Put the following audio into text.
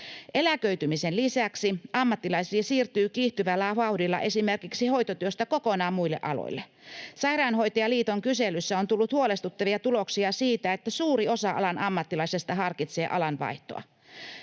Eläköitymisen lisäksi ammattilaisia siirtyy kiihtyvällä vauhdilla esimerkiksi hoitotyöstä kokonaan muille aloille. Sairaanhoitajaliiton kyselyssä on tullut huolestuttavia tuloksia siitä, että suuri osa alan ammattilaisista harkitsee alanvaihtoa.